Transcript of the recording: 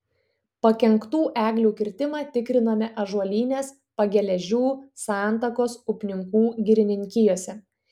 pakenktų eglių kirtimą tikrinome ąžuolynės pageležių santakos upninkų girininkijose